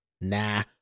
Nah